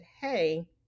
hey